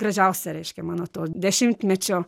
gražiausia reiškia mano to dešimtmečio